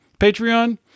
Patreon